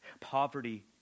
Poverty